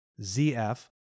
ZF